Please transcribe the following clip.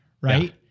right